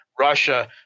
Russia